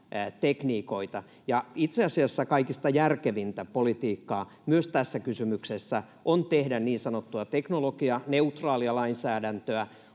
tekniikoita. Ja itse asiassa kaikista järkevintä politiikkaa myös tässä kysymyksessä on tehdä niin sanottua teknologianeutraalia lainsäädäntöä,